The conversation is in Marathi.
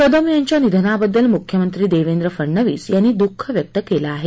कदम यांच्या निधनाबद्दल मुख्यमंत्री देवेंद्र फडनवीस यांनी दुःख व्यक्त केलं आहे